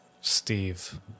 Steve